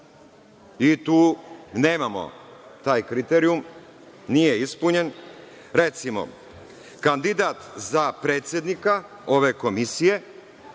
Mi tu nemamo taj kriterijum, nije ispunjen. Recimo, kandidat za predsednika ove komisije,